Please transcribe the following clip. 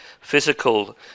physical